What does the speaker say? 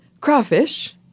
crawfish